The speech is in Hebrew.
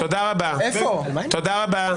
תודה רבה.